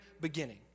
beginning